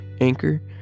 Anchor